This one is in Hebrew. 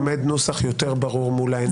עומד נוסח יותר ברור מול העיניים.